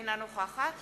אינה נוכחת